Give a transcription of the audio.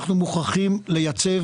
אנחנו מוכרחים לייצב,